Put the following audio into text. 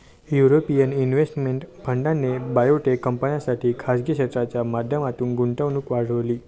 European investment फंडाने biotech कंपन्यांसाठी खासगी क्षेत्राच्या माध्यमातून गुंतवणूक वाढवली